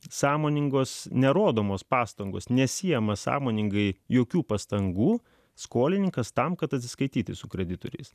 sąmoningos nerodomos pastangos nesiekiama sąmoningai jokių pastangų skolininkas tam kad atsiskaityti su kreditoriais